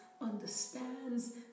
understands